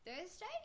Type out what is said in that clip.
Thursday